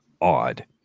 odd